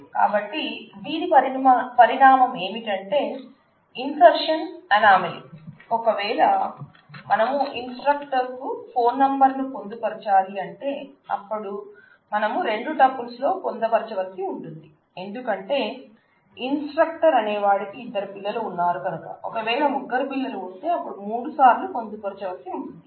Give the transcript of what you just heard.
కాబట్టి దీని పరిణామం ఏమిటంటే ఇన్సర్షన్ అనామలీ కష్ఠతరంగా మారుతుంది